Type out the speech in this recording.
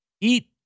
Eat